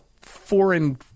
foreign